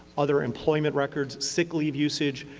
other employment records, sick leave usage,